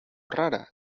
rara